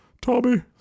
Tommy